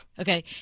Okay